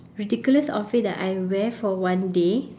ridiculous outfit that I wear for one day